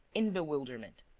in bewilderment.